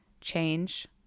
change